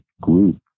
group